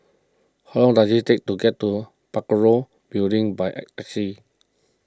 how long does it take to get to Parakou Building by taxi